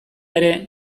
ere